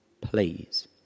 please